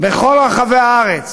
בכל רחבי הארץ.